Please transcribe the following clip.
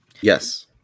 Yes